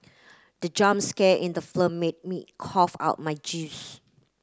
the jump scare in the film made me cough out my juice